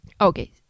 Okay